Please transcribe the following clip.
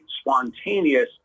spontaneous